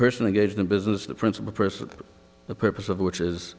person to gauge the business the principal person the purpose of which is